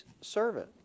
servant